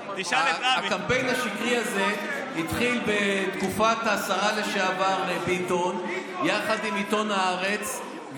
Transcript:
הקמפיין השקרי הזה התחיל בתקופת השרה לשעבר ביטון יחד עם עיתון הארץ,